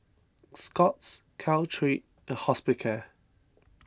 Scott's Caltrate and Hospicare